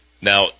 Now